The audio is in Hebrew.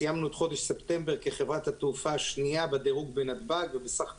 סיימנו את חודש ספטמבר כחברת התעופה השנייה בדירוג בנתב"ג ובסך הכל,